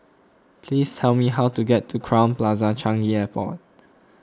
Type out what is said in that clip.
please tell me how to get to Crowne Plaza Changi Airport